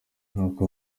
nuko